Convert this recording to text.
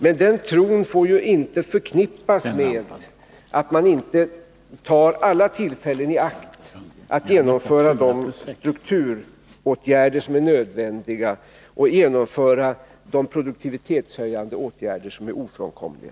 Men den tron får inte medföra att man inte tar alla tillfällen i akt att genomföra de strukturåtgärder som är nödvändiga och de produktivitetshöjande åtgärder som är ofrånkomliga.